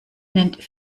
nennt